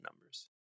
numbers